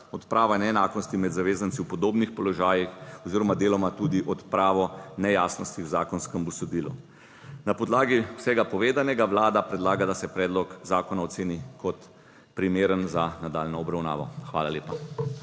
odprava neenakosti med zavezanci v podobnih položajih oziroma deloma tudi odpravo nejasnosti v zakonskem sodilu. Na podlagi vsega povedanega Vlada predlaga, da se predlog zakona oceni kot primeren za nadaljnjo obravnavo. Hvala lepa.